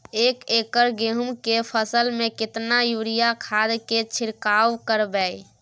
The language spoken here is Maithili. एक एकर गेहूँ के फसल में केतना यूरिया खाद के छिरकाव करबैई?